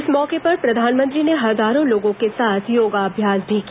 इस मौके पर प्रधानमंत्री ने हजारों लोगों के साथ योगाभ्यास भी किया